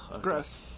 gross